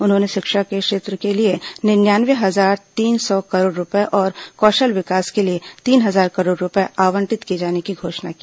उन्होंने शिक्षा क्षेत्र के लिए निन्यानवे हजार तीन सौ करोड़ रूपये और कौशल विकास के लिए तीन हजार करोड़ रूपये आवंटित किए जाने की घोषणा की